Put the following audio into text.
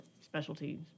specialties